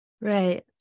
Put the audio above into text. right